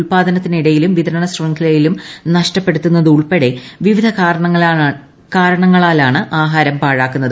ഉത്പാദനയിടത്തിലും വിതരണ ശൃംഖലയിലും നഷ്ടപ്പെടുത്തുന്നത് ഉൾപ്പെടെ വിവിധ കാരണങ്ങളാലാണ് ആഹാരം പാഴാക്കുന്നത്